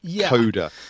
coda